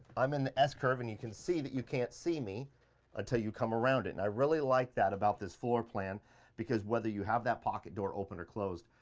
i'm in the s curve and you can see that you can't see me until you come around it. and i really liked that about this floor plan because whether you have that pocket door open or closed,